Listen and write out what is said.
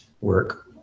work